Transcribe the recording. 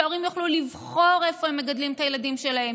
שההורים יוכלו לבחור איפה הם מגדלים את הילדים שלהם,